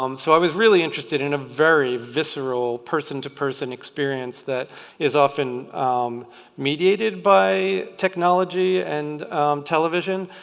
um so i was really interested in a very visceral person-to-person experience that is often mediated by technology and television,